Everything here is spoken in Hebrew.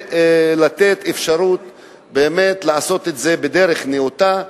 ולתת אפשרות באמת לעשות את זה בדרך נאותה,